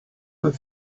got